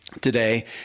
today